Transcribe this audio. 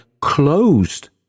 closed